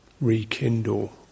rekindle